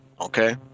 okay